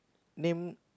name